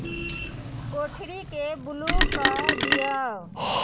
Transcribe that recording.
कोठरीके blue कऽ दियौ